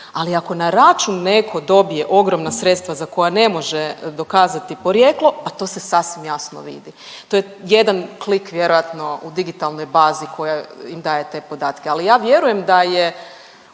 ali ako na račun netko dobije ogromna sredstva za koja ne može dokazati porijeklo, a to se sasvim jasno vidi. To je jedan klik vjerojatno u digitalnoj bazi koja im daje te podatke. Ali ja vjerujem da je